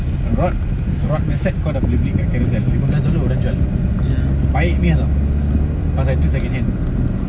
rod rod punya set kau dah boleh build kat Carousell lima belas dollar orang jual baik punya [tau] cause itu secondhand